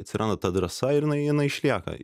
atsiranda ta drąsa ir jinai jinai išlieka